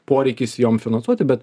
poreikis jom finansuoti bet